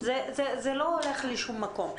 זה לא הולך לשום מקום.